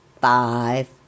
five